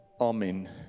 Amen